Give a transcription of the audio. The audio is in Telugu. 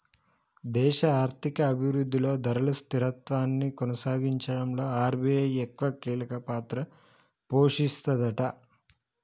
దేశ ఆర్థిక అభివృద్ధిలో ధరలు స్థిరత్వాన్ని కొనసాగించడంలో ఆర్.బి.ఐ ఎక్కువ కీలక పాత్ర పోషిస్తదట